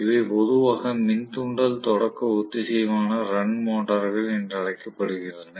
இவை பொதுவாக மின் தூண்டல் தொடக்க ஒத்திசைவான ரன் மோட்டார்கள் என அழைக்கப்படுகின்றன